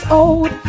old